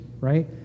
right